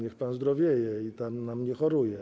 Niech pan zdrowieje i nam nie choruje.